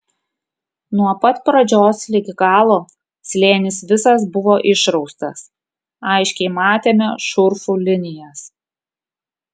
nuo pat pradžios ligi galo slėnis visas buvo išraustas aiškiai matėme šurfų linijas